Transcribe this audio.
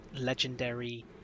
legendary